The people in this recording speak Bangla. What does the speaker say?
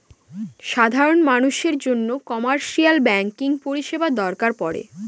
সাধারন মানুষের জন্য কমার্শিয়াল ব্যাঙ্কিং পরিষেবা দরকার পরে